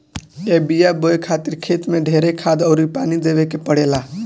ए बिया के बोए खातिर खेत मे ढेरे खाद अउर पानी देवे के पड़ेला